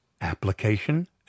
application